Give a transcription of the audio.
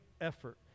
effort